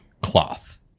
cloth